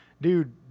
Dude